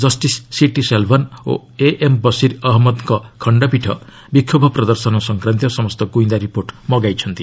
justice CT Selvam ଓ AM Basheer ଅହମ୍ମଦ୍ଙ୍କ ଖଣ୍ଡପୀଠ ବିକ୍ଷୋଭ ପ୍ରଦର୍ଶନ ସଂକ୍ରାନ୍ତୀୟ ସମସ୍ତ ଗ୍ରଇନ୍ଦା ରିପୋର୍ଟ ମଗାଇଛନ୍ତି